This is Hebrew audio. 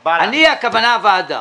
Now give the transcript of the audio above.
אני, הכוונה הוועדה.